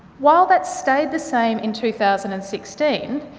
while that stayed the same in two thousand and sixteen,